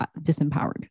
disempowered